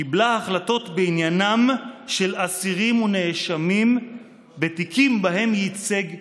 קיבלה החלטות בעניינם של אסירים ונאשמים בתיקים שבהם ייצג ביתן,